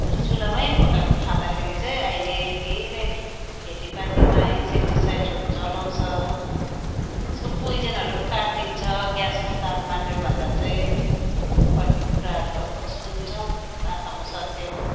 तर चुलामै पकाएको खाँदाखेरि चाहिँ अहिले धेरै खेतीपातीमा इन्सेक्टीसाइडहरू चलाउँछ त्यसको पोइजनहरू पनि काटिन्छ ग्यासको तापमानले भन्दा चाहिँ बढ्ने कुराहरू अब सुन्छौ कहाँसम्म सत्य हो